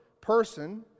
person